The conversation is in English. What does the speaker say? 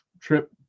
trip